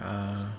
ah